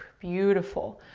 beautiful.